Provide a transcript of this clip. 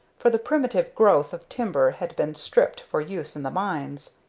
for the primitive growth of timber had been stripped for use in the mines.